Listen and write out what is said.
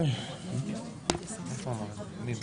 שחס וחלילה הוא לא יקיים הסכם ניגוד עניינים.